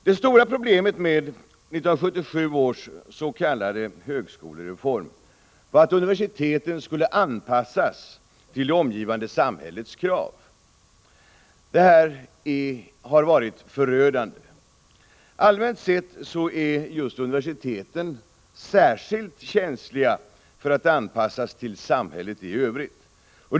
Det stora problemet med 1977 års s.k. högskolereform hänför sig till att universiteten skulle anpassas till det omgivande samhällets krav. Detta har varit förödande. Allmänt sett är det särskilt känsligt att anpassa just universiteten till samhället i övrigt.